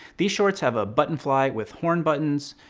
these shorts have a button fly with horn buttons.